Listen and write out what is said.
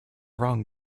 wrong